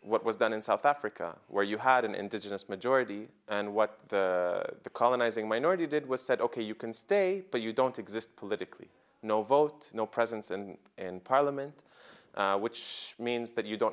what was done in south africa where you had an indigenous majority and what the colonizing minority did was said ok you can stay but you don't exist politically no vote no presence and in parliament which means that you don't